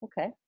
Okay